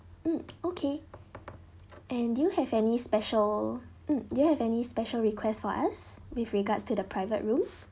mm okay and do you have any special mm do you have any special request for us with regards to the private room